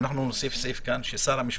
שאנחנו נוסיף כאן סעיף ששר המשפטים,